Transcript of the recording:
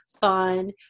fun